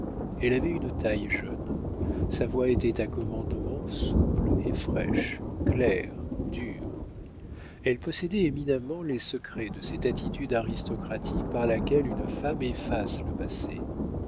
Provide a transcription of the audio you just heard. elle avait une taille jeune sa voix était à commandement souple et fraîche claire dure elle possédait éminemment les secrets de cette attitude aristocratique par laquelle une femme efface le passé